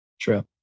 True